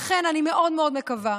לכן אני מאוד מאוד מקווה,